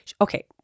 okay